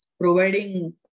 providing